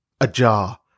Ajar